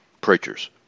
preachers